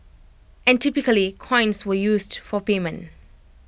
and typically coins were used for payment